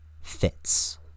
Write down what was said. fits